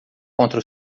contra